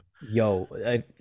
yo